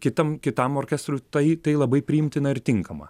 kitam kitam orkestrui tai tai labai priimtina ir tinkama